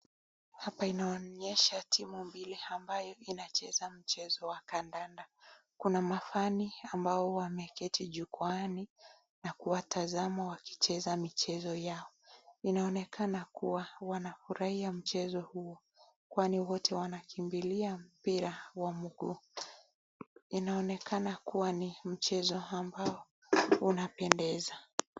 Hapa inaonyesha timu mbili ambayo inacheza mchezo wa kandanda. Kuna fans ambao wameketi jukwaani na kuwatazama wakicheza michezo yao. Inaonekana kuwa wanafurahia mchezo huo kwani wote wanakimbilia mbira wa mguu. Inaonekana kuwa ni mchezo ambao unapendeza.